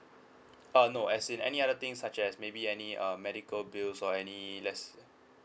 uh no as in any other things such as maybe any um medical bills or any less